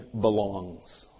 belongs